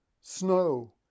snow